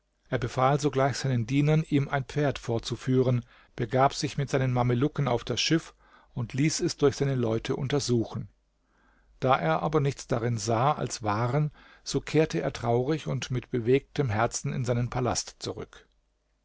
er befahl sogleich seinen dienern ihm ein pferd vorzuführen begab sich mit seinen mamelucken auf das schiff und ließ es durch seine leute untersuchen da er aber nichts darin sah als waren so kehrte er traurig und mit bewegtem herzen in seinen palast zurück